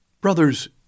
Brothers